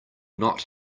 not